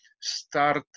start